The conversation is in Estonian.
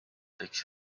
võiks